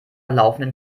laufenden